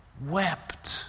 wept